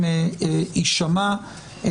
יישמע.